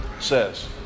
says